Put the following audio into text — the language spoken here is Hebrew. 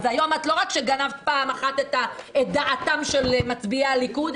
אז היום לא רק שגנבת פעם אחת את דעתם של מצביעי הליכוד,